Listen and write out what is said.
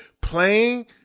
playing